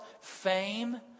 fame